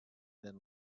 then